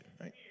right